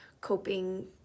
coping